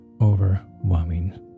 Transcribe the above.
overwhelming